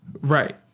Right